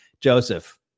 Joseph